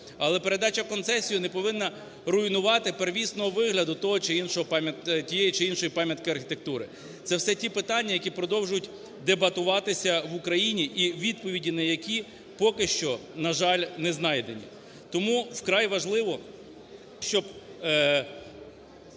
Але передача в концесію не повинна руйнувати первісного вигляду тієї чи іншої пам'ятки архітектури. Це все ті питання, які продовжують дебатуватися в Україні і відповіді на які поки що, на жаль, не знайдені. Тому вкрай важливо, щоб